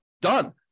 Done